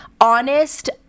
honest